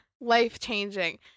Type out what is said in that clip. life-changing